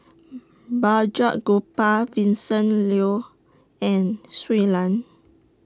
Balraj Gopal Vincent Leow and Shui Lan